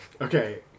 okay